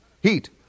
heat